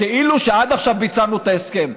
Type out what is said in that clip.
כאילו שעד עכשיו ביצענו את ההסכם.